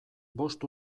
bost